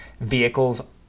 vehicles